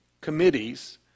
committees